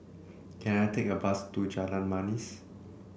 can I take a bus to Jalan Manis